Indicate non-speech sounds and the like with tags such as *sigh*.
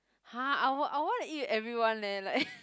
!huh! I want I want to eat with everyone leh like *laughs*